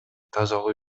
тазалоо